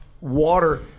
Water